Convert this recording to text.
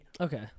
Okay